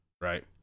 right